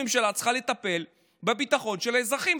הממשלה צריכה לטפל בביטחון של האזרחים,